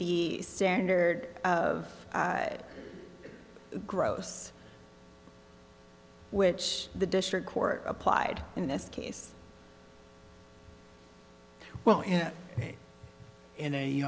the standard of gross which the district court applied in this case well in in a